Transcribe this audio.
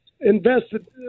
invested